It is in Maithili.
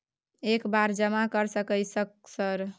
एक बार जमा कर सके सक सर?